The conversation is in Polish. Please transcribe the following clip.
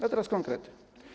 A teraz konkrety.